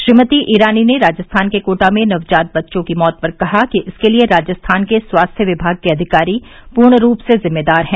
श्रीमती ईरानी ने राजस्थान के कोटा में नवजात बच्चों की मौत पर कहा कि इसके लिए राजस्थान के स्वास्थ्य विमाग के अधिकारी पूर्ण रूप से जिम्मेदार हैं